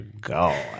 God